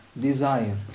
desire